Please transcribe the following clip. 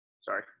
sorry